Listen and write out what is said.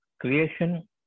creation